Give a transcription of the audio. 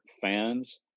fans